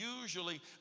usually